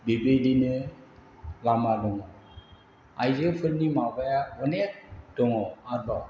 बेबायदिनो लामा दङ आइजोफोरनि माबाया अनेख दङ आरोबाव